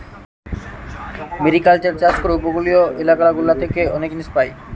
mariculture চাষ করে উপকূলীয় এলাকা গুলা থেকে অনেক জিনিস পায়